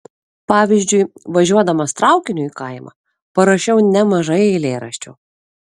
pavyzdžiui važiuodamas traukiniu į kaimą parašiau nemažai eilėraščių